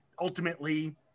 ultimately